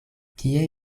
kie